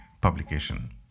publication